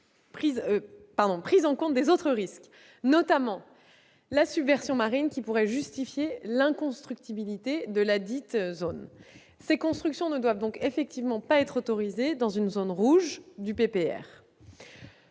prise en compte des autres risques- notamment la submersion marine -pouvant justifier le caractère inconstructible de ladite zone. Ces constructions ne doivent donc pas être autorisées dans une zone rouge du PPR.